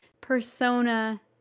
Persona